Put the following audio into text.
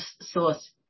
source